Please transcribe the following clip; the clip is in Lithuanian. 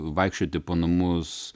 vaikščioti po namus